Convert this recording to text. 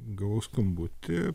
gavau skambutį